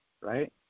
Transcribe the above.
right